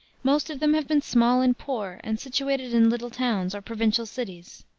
most of them have been small and poor, and situated in little towns or provincial cities.